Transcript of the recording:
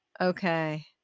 Okay